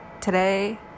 today